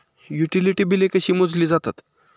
Utility बिले कशी मोजली जातात?